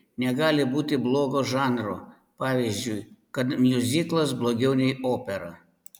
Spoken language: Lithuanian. negali būti blogo žanro pavyzdžiui kad miuziklas blogiau nei opera